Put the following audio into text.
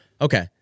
Okay